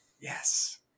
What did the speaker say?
Yes